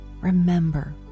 remember